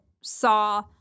saw